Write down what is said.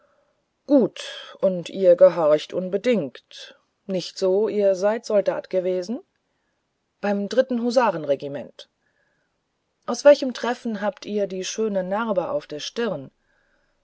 gut und ihr gehorcht unbedingt nicht so ihr seid soldat gewesen beim dritten husarenregiment aus welchem treffen habt ihr die schöne narbe auf der stirn